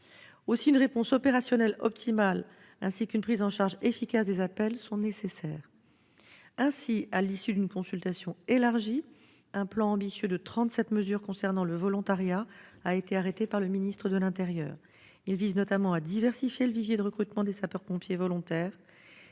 Aussi une réponse opérationnelle optimale ainsi qu'une prise en charge efficace des appels sont-elles nécessaires. Ainsi, à l'issue d'une consultation élargie, un plan ambitieux de trente-sept mesures concernant le volontariat a été arrêté par le ministre de l'intérieur. Ce plan vise notamment à diversifier le vivier de recrutement des sapeurs-pompiers volontaires